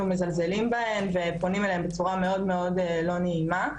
מזלזלים בהם והם פונים אליהם בצורה מאוד מאוד לא נעימה.